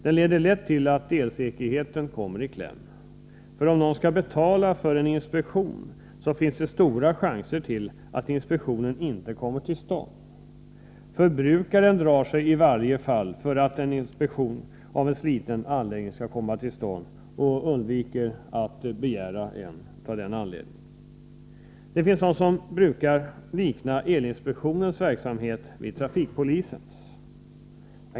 Den leder lätt till att elsäkerheten kommer i kläm, för om någon skall betala för en inspektion, finns det stora risker för att inspektionen inte kommer till stånd. Förbrukaren drar sig i varje fall för att en inspektion av en sliten anläggning kommer till stånd och undviker att begära en sådan. Det finns de som brukar likna elinspektionens verksamhet vid trafikpolisens.